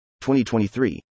2023